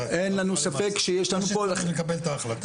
צריך לקבל את ההחלטה.